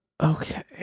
Okay